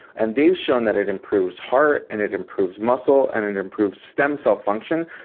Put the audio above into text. and they have shown that it improves heart and it improves muscle and it improves stem cell function.